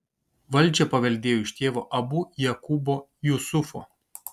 valdžią paveldėjo iš tėvo abu jakubo jusufo